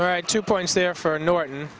right two points there for norton